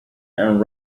and